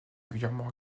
régulièrement